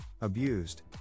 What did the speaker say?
abused